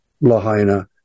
Lahaina